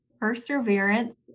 perseverance